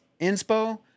inspo